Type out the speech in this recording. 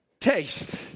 taste